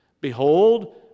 Behold